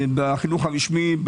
בחינוך הרשמי,